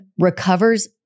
recovers